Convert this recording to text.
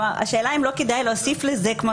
השאלה אם לא כדאי להוסיף לזה.